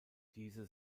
diese